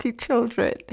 children